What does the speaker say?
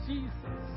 Jesus